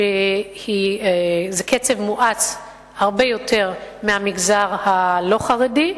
זה בקצב מואץ הרבה יותר מאשר במגזר הלא-חרדי.